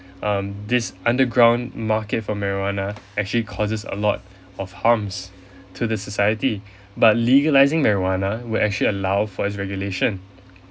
um this underground market for marijuana actually causes a lot of harms to the society but legalising marijuana will actually allow for its regulation